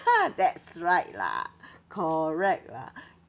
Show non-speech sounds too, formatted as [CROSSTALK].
that's right lah [BREATH] correct lah [BREATH]